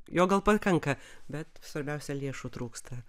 jo gal pakanka bet svarbiausia lėšų trūksta